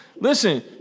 listen